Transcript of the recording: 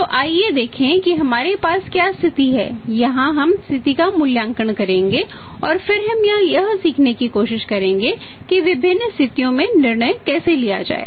तो आइए देखें कि हमारे पास क्या स्थिति है यहां हम स्थिति का मूल्यांकन करेंगे और फिर हम यह सीखने की कोशिश करेंगे कि विभिन्न स्थितियों में निर्णय कैसे लिया जाए